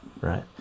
right